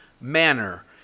manner